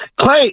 Clay